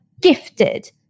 gifted